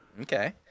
okay